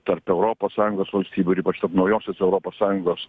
tarp europos sąjungos valstybių ir ypač tarp naujosios europos sąjungos